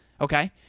Okay